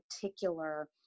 particular